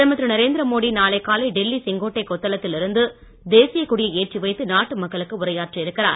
பிரதமர் திரு நரேந்திர மோடி நாளை காலை டெல்லி செங்கோட்டை கொத்தளத்தில் இருந்து தேசியக் கொடியை ஏற்றி வைத்து நாட்டு மக்களுக்கு உரையாற்ற இருக்கிறார்